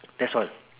that's all